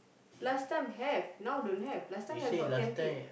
last time have now don't have last time have got canteen